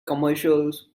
commercials